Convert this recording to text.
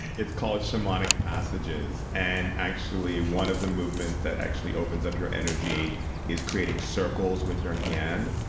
it's called shamanic passages. and actually, one of the movements that actually opens up your energy is creating circles with your ah hand.